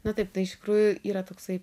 na taip tai iš tikrųjų yra toksai